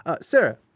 Sarah